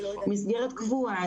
זו מסגרת קבועה,